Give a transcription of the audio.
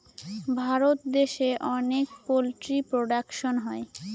ভারত দেশে অনেক poultry production হয়